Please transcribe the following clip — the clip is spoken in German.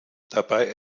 dabei